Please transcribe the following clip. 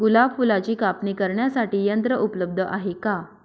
गुलाब फुलाची कापणी करण्यासाठी यंत्र उपलब्ध आहे का?